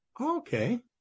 okay